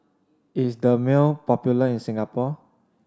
is Dermale popular in Singapore